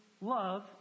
love